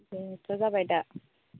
बेनोथ' जाबाय दा